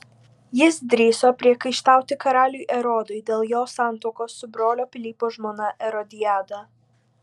jis drįso priekaištauti karaliui erodui dėl jo santuokos su brolio pilypo žmona erodiada